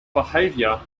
behavior